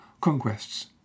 conquests